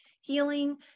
healing